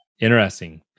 Interesting